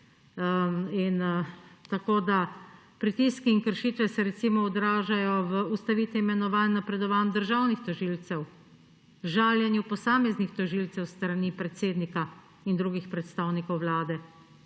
Janša. Pritiski in kršitve se, recimo, odražajo v ustavitvi imenovanj, napredovanj državnih tožilcev, v žaljenju posameznih tožilcev s strani predsednika in drugih predstavnikov Vlade.